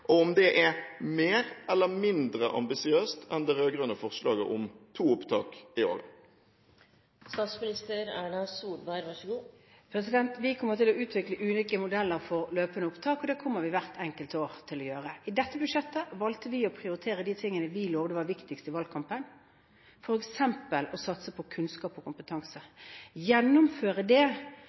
– om det er mer eller mindre ambisiøst enn det rød-grønne forslaget om to opptak i året? Vi kommer til å utvikle ulike modeller for løpende opptak, og det kommer vi til å gjøre hvert enkelt år. I dette budsjettet valgte vi å prioritere de tingene vi lovet var viktigst i valgkampen, f.eks. å satse på kunnskap og kompetanse – gjennomføre det